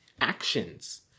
actions